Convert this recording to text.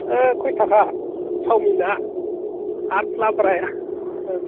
खय थाखा सावमिन आ आरो लाब्राया